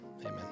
amen